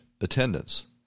attendance